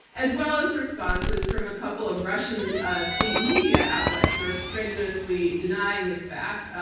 as well as responses from a couple of russian state media outlets who are strenuously denying this fact.